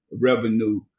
revenue